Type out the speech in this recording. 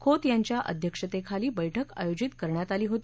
खोत यांच्या अध्यक्षतेखाली बैठक आयोजित करण्यात आली होती